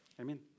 Amen